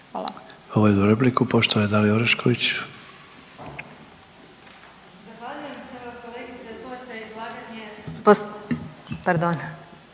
hvala.